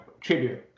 tribute